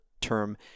term